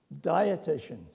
dieticians